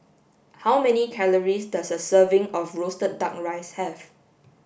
how many calories does a serving of roasted duck rice have